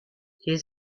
les